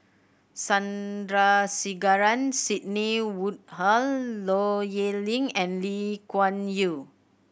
Sandrasegaran Sidney Woodhull Low Yen Ling and Lee Kuan Yew